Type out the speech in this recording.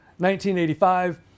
1985